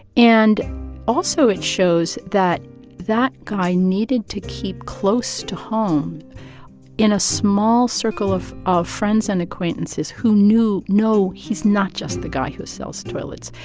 and also it shows that that guy needed to keep close to home in a small circle of of friends and acquaintances who knew, no, he's not just the guy who sells toilets.